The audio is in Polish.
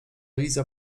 liza